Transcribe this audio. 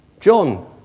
John